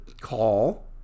call